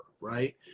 right